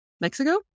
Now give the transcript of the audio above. Mexico